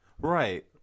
right